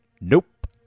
Nope